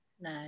No